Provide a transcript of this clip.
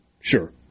sure